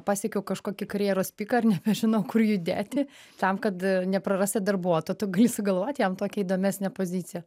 pasiekiau kažkokį karjeros piką ir nebežinau kur judėti tam kad neprarasi darbuotojo tu gali sugalvot jam tokią įdomesnę poziciją